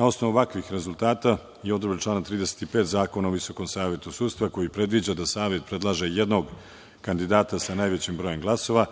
osnovu ovakvih rezultata i odredbe člana 35. Zakona o Visokom savetu sudstva koji predviđa da Savet predlaže jednog kandidata sa najvećim brojem glasova